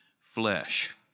flesh